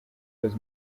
his